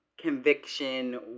conviction